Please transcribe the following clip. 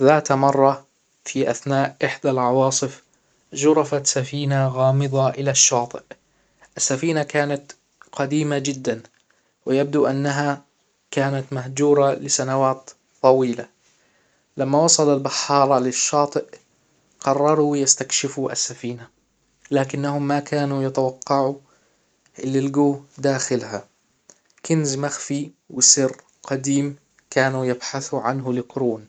ذات مرة في اثناء احدى العواصف جرفت سفينة غامضة الى الشاطئ السفينة كانت قديمة جدا ويبدو انها كانت مهجورة لسنوات طويلة لما وصل البحارة للشاطئ قرروا يستكشفوا السفينة لكنهم ما كانوا يتوقعوا اللي لجوه داخلها كنز مخفي وسر قديم كانوا يبحثوا عنه لقرون